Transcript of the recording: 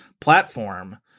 platform